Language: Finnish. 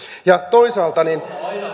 toisaalta